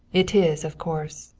it is, of course.